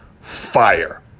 fire